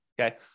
Okay